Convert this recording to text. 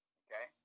okay